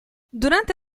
durante